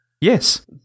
Yes